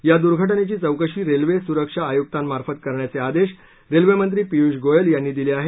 या दुर्घटनेची चौकशी रेल्वे सुरक्षा आयुक्तांमार्फत करण्याचे आदेश रेल्वेमंत्री पियुष गोयल यांनी दिले आहेत